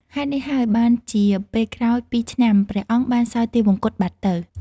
ហេតុនេះហើយ បានជាពេលក្រោយពីរឆ្នាំ ព្រះអង្គបានសោយទិវង្គតបាត់ទៅ។